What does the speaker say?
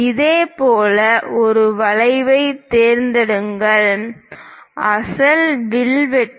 இதேபோல் ஒரு வளைவைத் தேர்ந்தெடுங்கள் அசல் வில் வெட்டு